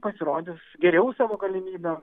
pasirodys geriau savo galimybe